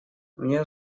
мне